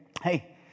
hey